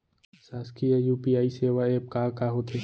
शासकीय यू.पी.आई सेवा एप का का होथे?